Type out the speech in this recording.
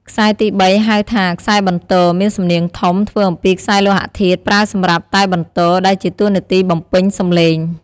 ខ្សែទីបី ហៅថា ខ្សែបន្ទរ មានសំនៀងធំ ធ្វើអំពីខ្សែលោហធាតុ ប្រើសម្រាប់តែបន្ទរ ដែលជាតួនាទីបំពេញសំឡេង។